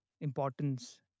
importance